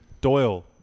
Doyle